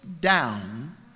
down